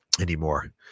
anymore